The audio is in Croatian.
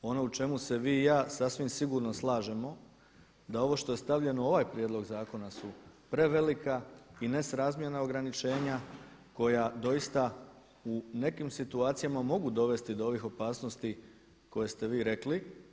Ono u čemu se vi i ja sasvim sigurno slažemo da ovo što je stavljeno u ovaj prijedlog zakona su prevelika i nesrazmjerna ograničenja koja doista u nekim situacijama mogu dovesti do ovih opasnosti koje ste vi rekli.